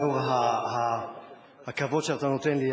לאור הכבוד שאתה נותן לי,